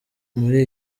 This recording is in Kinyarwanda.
muri